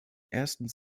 erstens